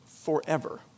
forever